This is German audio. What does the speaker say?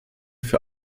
für